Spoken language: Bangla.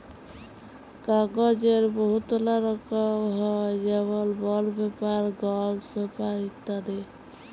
কাগ্যজের বহুতলা রকম হ্যয় যেমল বল্ড পেপার, গলস পেপার ইত্যাদি